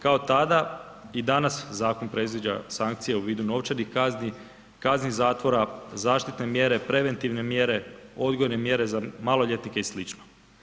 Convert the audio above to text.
Kao i tada i danas zakon predviđa sankcije u vidu novčanih kazni, kazni zatvora, zaštitne mjere, preventivne mjere, odgojne mjere za maloljetnike i slično.